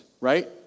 right